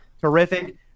terrific